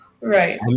Right